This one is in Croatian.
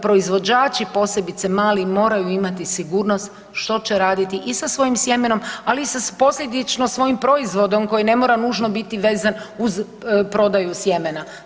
Proizvođači, posebice mali, moraju imati sigurnost što će raditi i sa svojim sjemenom ali i sa posljedično svojim proizvodom koji ne mora nužno biti vezan uz prodaju sjemena.